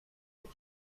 کنید